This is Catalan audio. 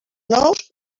nous